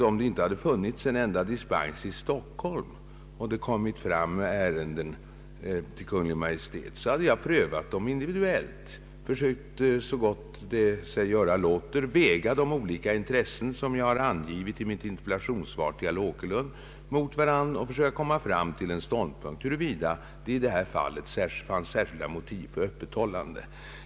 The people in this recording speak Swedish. Om det inte hade förekommit en enda dispens i Stockholm och det hade kommit fram ärenden till Kungl. Maj:t hade jag givetvis prövat dem individuellt och försökt att så gott sig göra låter väga mot varandra de olika intressen som jag har angivit i mitt interpellationssvar till herr Åkerlund och försökt att komma fram till en ståndpunkt huruvida det i detta fall fanns särskilda motiv för ett öppethållande.